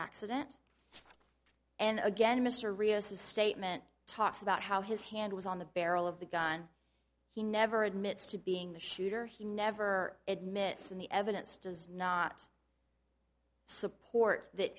accident and again mr rios a statement talks about how his hand was on the barrel of the gun he never admits to being the shooter he never admit in the evidence does not support that